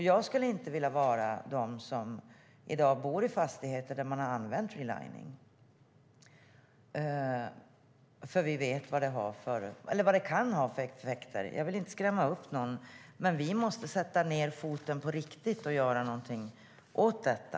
Jag skulle inte vilja bo i en fastighet där man har använt relining, för vi vet vad det kan ha för effekter. Jag vill inte skrämma upp någon, men vi måste sätta ned foten på riktigt och göra någonting åt detta.